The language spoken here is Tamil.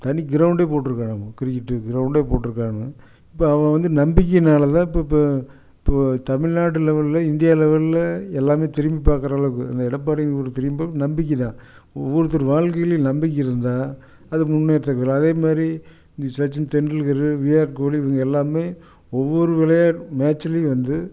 தனி க்ரௌண்டே போட்ருக்காராமா கிரிக்கெட்டுக்கு க்ரௌண்டே போட்டுருக்காங்க இப்போ அவன் வந்து நம்பிக்கைனால் தான் இப்போ இப்போ இப்போது தமிழ்நாடு லெவலில் இந்தியா லெவலில் எல்லாமே திரும்பி பார்க்குற அந்த எடப்பாடியில் திரும்பி பார்க்க ஒரு நம்பிக்கை தான் ஒவ்வொருத்தரு வாழ்க்கையிலையும் நம்பிக்கை இருந்தால் அத முன்னேத்துக்கலாம் அதே மாதிரி இந்த சச்சின் டெண்டுல்கரு விராட்கோலி இவங்க எல்லோருமே ஒவ்வொரு விளையாட் மேட்ச்சுலேயும் வந்து